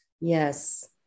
Yes